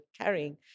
carrying